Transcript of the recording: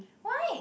why